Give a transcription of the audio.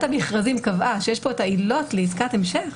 המכרזים קבעה שיש פה את העילות לעסקת המשך,